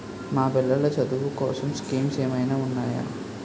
మా పిల్లలు చదువు కోసం స్కీమ్స్ ఏమైనా ఉన్నాయా?